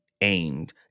aimed